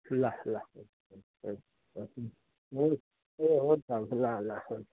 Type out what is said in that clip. ल ल ए हुन्छ हुन्छ ल ल हुन्छ